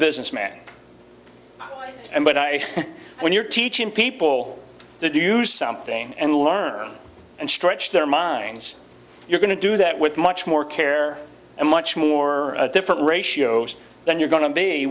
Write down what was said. businessman and but i when you're teaching people to do something and learn and stretch their minds you're going to do that with much more care and much more different ratios than you're going to be